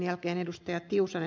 minun mielestäni ed